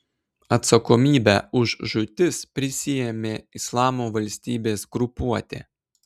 atsakomybę už žūtis prisiėmė islamo valstybės grupuotė